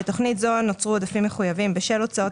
בתוכנית זו נוצרו עודפים מחויבים בשל הוצאות